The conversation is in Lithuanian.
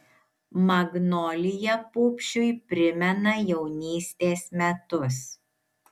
magnolija pupšiui primena jaunystės metus